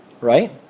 Right